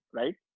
right